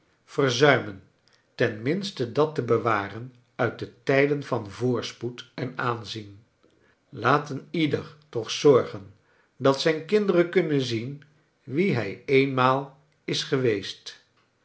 ten ruinate dat te be war en uit de trjden vara voorspoed en aanzienl laat een ieder toch zorgen dat zijn kinderen kunnen zien wie hij eenmaal is geweest